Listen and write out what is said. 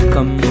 Come